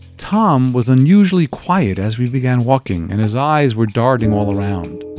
tom was unusually quiet as we began walking, and his eyes were darting all around.